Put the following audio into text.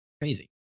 Crazy